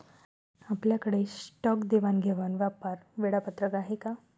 आपल्याकडे स्टॉक देवाणघेवाण व्यापार वेळापत्रक आहे का?